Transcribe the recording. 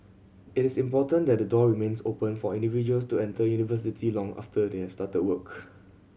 it is important that the door remains open for individuals to enter university long after they have started work